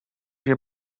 sind